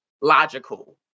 logical